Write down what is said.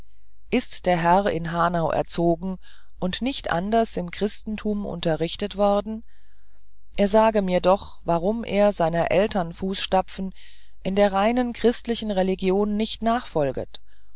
ist der herr in hanau erzogen und nicht anders im christentum unterrichtet worden er sage mir doch warum er seiner eltern fußstapfen in der reinen christlichen religion nicht nachfolget